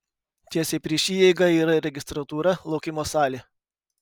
tiesiai prieš įeigą yra registratūra laukimo salė